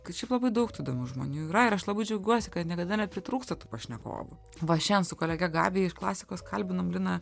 kad šiaip labai daug tų įdomių žmonių yra ir aš labai džiaugiuosi kad niekada nepritrūksta tų pašnekovų va šian su kolege gabija iš klasikos kalbinom liną